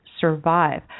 survive